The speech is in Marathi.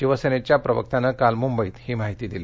शिवसेनेच्या प्रवक्त्यानं काल मुंबईत ही माहिती दिली